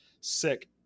sick